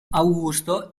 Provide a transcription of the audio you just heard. augusto